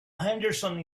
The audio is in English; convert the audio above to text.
henderson